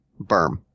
berm